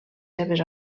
seves